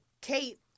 kate